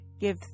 give